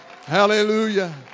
Hallelujah